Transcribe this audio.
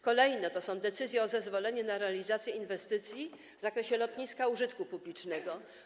Kolejne to decyzje o zezwoleniu na realizację inwestycji w zakresie lotniska użytku publicznego.